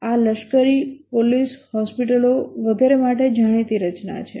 આ લશ્કરી પોલીસ હોસ્પિટલો વગેરે માટે જાણીતી રચના છે